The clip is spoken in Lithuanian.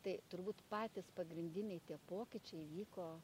tai turbūt patys pagrindiniai tie pokyčiai vyko